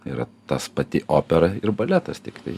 yra tas pati opera ir baletas tiktai